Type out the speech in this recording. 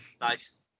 nice